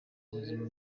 buzima